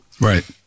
Right